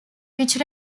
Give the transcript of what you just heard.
which